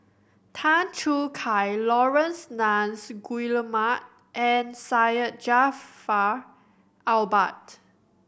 Tan Choo Kai Laurence Nunns Guillemard and Syed Jaafar Albar